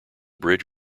bridge